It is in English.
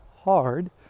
hard